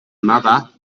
mother